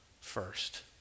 first